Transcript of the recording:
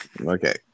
Okay